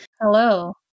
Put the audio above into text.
hello